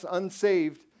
unsaved